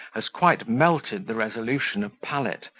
as quite melted the resolution of pallet,